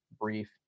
brief